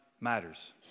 matters